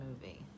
movie